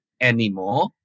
anymore